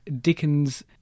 Dickens